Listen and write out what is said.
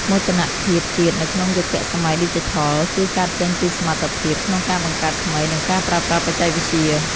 មោទនភាពជាតិនៅក្នុងយុគសម័យឌីជីថលគឺកើតចេញពីសមត្ថភាពក្នុងការបង្កើតថ្មី និងការប្រើប្រាស់បច្ចេកវិទ្យា។